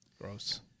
Gross